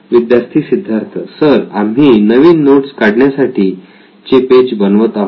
विद्यार्थी सिद्धार्थ सर आम्ही नवीन नोट्स काढण्यासाठी चे पेज बनवत आहोत